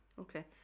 Okay